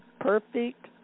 perfect